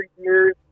years